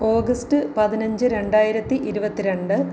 August പതിനഞ്ച് രണ്ടായിരത്തി ഇരുപത്തി രണ്ട്